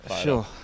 Sure